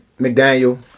McDaniel